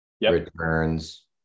returns